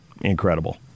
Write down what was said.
incredible